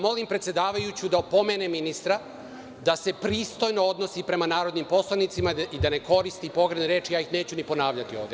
Molim predsedavajuću da opomene ministra da se pristojno odnosi prema narodnim poslanicima i da ne koristi pogrdne reči, ja ih neću ni ponavljati ovde.